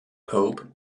pope